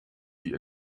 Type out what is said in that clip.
die